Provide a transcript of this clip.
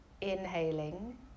inhaling